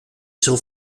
son